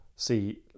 see